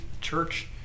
church